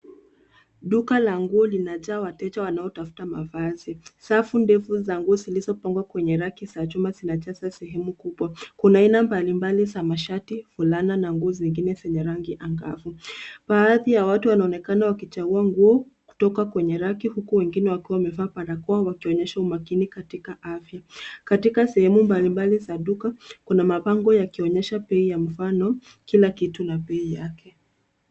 Duka la nguo linajaa wateja wanaotafuta mavazi. Safu ndefu za nguo zilizopangwa kwa raki za chuma zinajaza sehemu kubwa. Kuna aina mbalimbali za mashati, fulana na nguo zingine zenye rangi angavu. Baadhi ya watu wanaonekana wakichagua nguo kutoka kwenye raki huku wamevaa barakoa wakionyesha umakini katika afya. Katika sehemu mbalimbali za duka kuna mabango yakionyesha bei ya mfano kila kitu na bei yake.